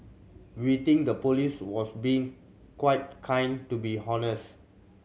we think the police was being quite kind to be honest